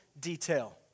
detail